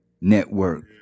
network